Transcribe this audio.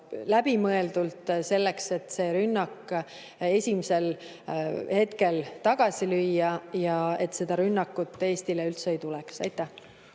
läbimõeldult, et see rünnak esimesel hetkel tagasi lüüa ja et seda rünnakut Eestile üldse ei tuleks. Tänan!